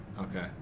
Okay